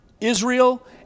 Israel